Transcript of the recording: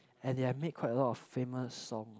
and they have made quite a lot of famous songs